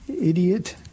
idiot